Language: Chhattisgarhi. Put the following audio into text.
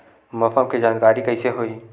मौसम के जानकारी कइसे होही?